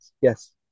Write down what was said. Yes